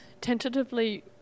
tentatively